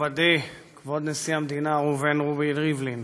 מכובדי כבוד נשיא המדינה ראובן רובי ריבלין,